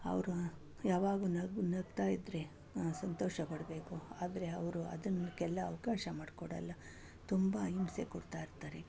ಅವರು ಯಾವಾಗ್ಲೂ ನಗು ನಗ್ತಾ ಇದ್ದರೆ ನಾವು ಸಂತೋಷ ಪಡಬೇಕು ಆದರೆ ಅವರು ಅದಕ್ಕೆಲ್ಲ ಅವಕಾಶ ಮಾಡ್ಕೊಡಲ್ಲ ತುಂಬ ಹಿಂಸೆ ಕೊಡ್ತಾಯಿರ್ತಾರೆ